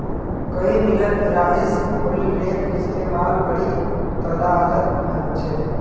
कई मिलत राइस हुलरेर इस्तेमाल बड़ी तदादत ह छे